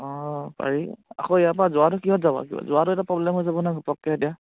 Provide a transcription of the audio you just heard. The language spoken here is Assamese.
অঁ পাৰি আকৌ ইয়াৰ পৰা যোৱাটো কিহত যাবা যোৱাটো এটা প্ৰব্লেম হৈ যাব ন ধপকৈ এতিয়া